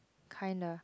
kinda